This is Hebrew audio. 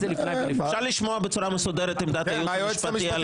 אפשר לשמוע בצורה מסודרת את עמדת הייעוץ המשפטי?